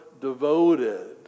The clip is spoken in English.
devoted